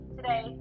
Today